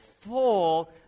Full